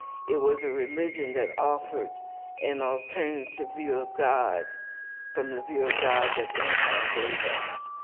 it was a religion that offered an alternative view of god from the view of god that empire gave us.